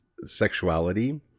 sexuality